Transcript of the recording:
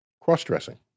Cross-dressing